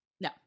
no